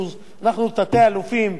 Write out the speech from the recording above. אנחנו רוצים להישאר צמודים לפעילים,